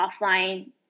offline